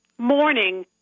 morning